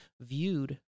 viewed